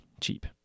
cheap